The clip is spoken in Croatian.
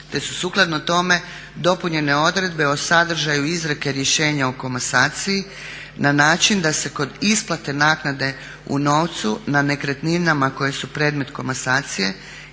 te su sukladno tome dopunjene odredbe o sadržaju izreke rješenja o komasaciji na način da se kod isplate naknade u novcu na nekretninama koje su predmet komasacije